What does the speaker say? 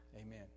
Amen